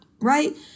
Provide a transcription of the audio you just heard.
right